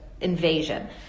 invasion